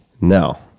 Now